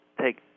take